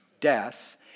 Death